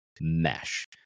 mesh